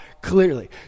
clearly